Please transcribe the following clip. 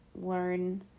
learn